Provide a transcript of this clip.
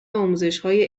آموزشهای